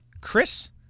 Chris